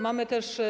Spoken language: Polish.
Mamy też.